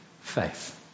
faith